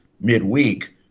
midweek